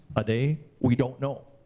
a day? we don't know.